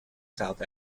south